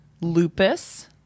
lupus